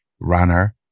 runner